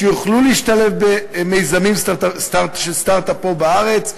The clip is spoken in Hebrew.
שיוכלו להשתלב במיזמים של סטרט-אפ פה בארץ,